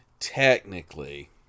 Technically